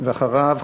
ואחריו,